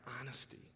honesty